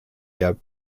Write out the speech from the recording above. der